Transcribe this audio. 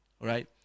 right